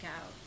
out